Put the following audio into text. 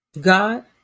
God